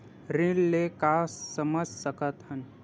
ऋण ले का समझ सकत हन?